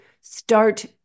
start